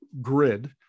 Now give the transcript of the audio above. grid